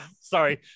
sorry